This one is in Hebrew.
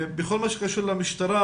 בכל מה שקשור למשטרה,